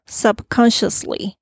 subconsciously 。